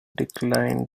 declined